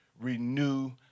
renew